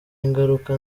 ingaruka